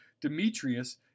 Demetrius